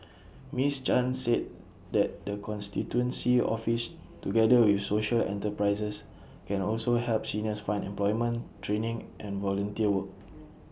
miss chan said the constituency office together with social enterprises can also help seniors find employment training and volunteer work